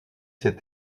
ses